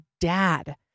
dad